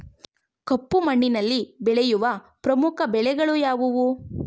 ಕಪ್ಪು ಮಣ್ಣಿನಲ್ಲಿ ಬೆಳೆಯುವ ಪ್ರಮುಖ ಬೆಳೆಗಳು ಯಾವುವು?